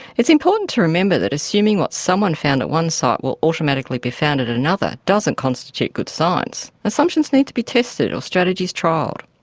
it's important to remember that assuming what someone found at one site will automatically be found at another doesn't constitute good science, assumptions need to be tested or strategies trialled.